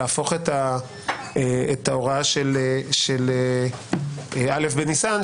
להפוך את ההוראה של א' בניסן,